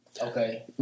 Okay